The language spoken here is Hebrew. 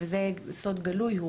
וזה סוד גלוי,